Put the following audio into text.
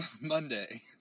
Monday